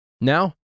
Now